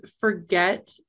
forget